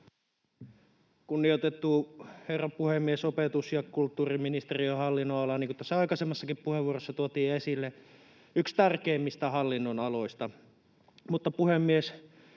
Kunnioitettu herra puhemies! Opetus- ja kulttuuriministeriön hallinnonala on, niin kuin tässä aikaisemmassakin puheenvuorossa tuotiin esille, yksi tärkeimmistä hallinnonaloista.